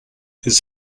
his